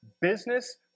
business